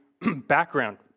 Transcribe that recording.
background